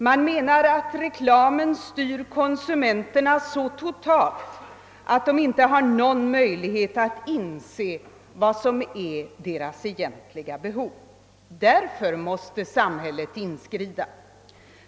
Man menar att reklamen styr konsumenterna så totalt att de inte har någon möjlighet att inse vad som är deras egentliga behov. Därför måste samhället inskrida.